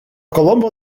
kolombo